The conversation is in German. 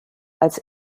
als